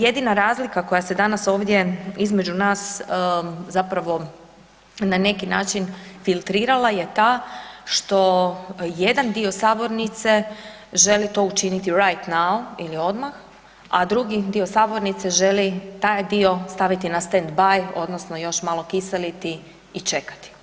Jedina razlika koja se danas ovdje između nas zapravo na neki način filtrirala je ta što jedan dio sabornice želi to učiniti right now ili odmah a drugi dio sabornice želi taj dio staviti stand by odnosno još malo, kiseliti i čekati.